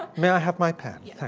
may i have my pen? yeah